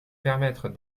permettre